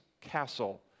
Castle